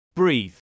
BREATHE